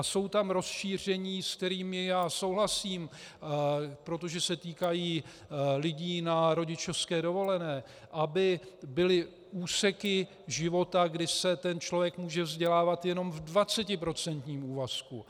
Jsou tam rozšíření, s kterými souhlasím, protože se týkají lidí na rodičovské dovolené, aby byly úseky života, kdy se ten člověk může vzdělávat jenom v dvacetiprocentním úvazku.